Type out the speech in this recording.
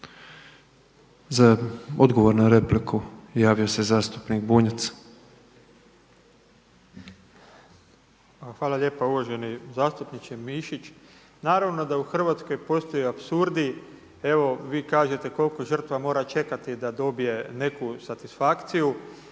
odgovor na repliku. **Bunjac, Branimir (Živi zid)** Hvala lijepa. Uvaženi zastupniče Mišić. Naravno da u Hrvatskoj postoje apsurdi. Evo vi kažete koliko žrtva mora čekati da dobije neku satisfakciju.